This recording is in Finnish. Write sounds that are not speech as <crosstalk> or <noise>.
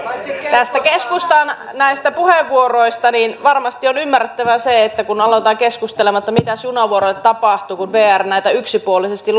näistä keskustan puheenvuoroista varmasti on ymmärrettävää se että aletaan keskustelemaan että mitäs junavuoroille tapahtuu kun vr yksipuolisesti <unintelligible>